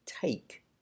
take